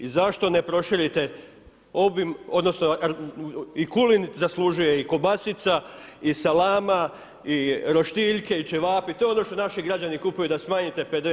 I zašto ne proširite obim odnosno i kulen zaslužuje i kobasica i salama i roštiljke i ćevapi, to je ono što naši građani kupuju da smanjite PDV?